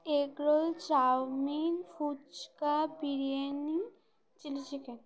egg roll chowmein phuchka biryani chilli chicken